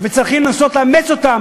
וצריכים לנסות לאמץ אותם,